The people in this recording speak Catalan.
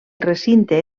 recinte